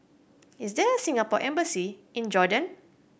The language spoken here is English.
is there Singapore Embassy in Jordan